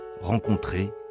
rencontrer